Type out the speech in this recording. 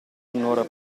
un’ora